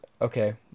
okay